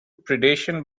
predation